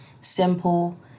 Simple